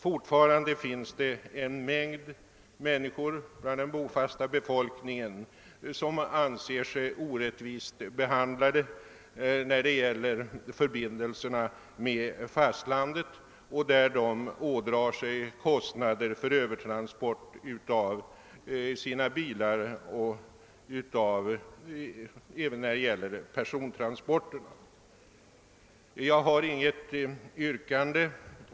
Fortfarande finns det en mängd människor bland den bofasta skärgårdsbefolkningen som anser sig orättvist behandlade när det gäller förbindelserna med fastlandet; de åsamkas höga kostnader för övertransport av sina bilar och även för persontransporterna. Herr talman!